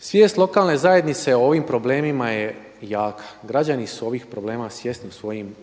Svijest lokalne zajednice o ovim problemima je jaka. Građani su ovog problema svjesni u svojim